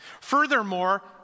Furthermore